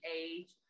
age